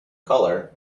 color